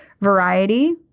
variety